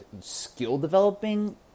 skill-developing